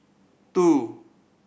two